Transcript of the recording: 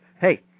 hey